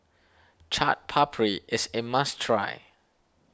Chaat Papri is a must try